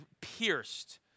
pierced